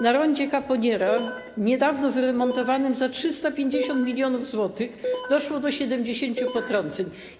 Na rondzie Kaponiera, niedawno wyremontowanym za 350 mln zł, doszło do 70 potrąceń.